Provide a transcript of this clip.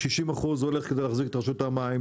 60% הולך כדי להחזיק את רשות המים,